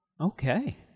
Okay